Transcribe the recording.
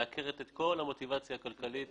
מעקרת את כל המוטיבציה הכלכלית